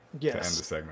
Yes